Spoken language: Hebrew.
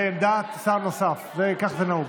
זה עמדת שר נוסף, כך זה נהוג.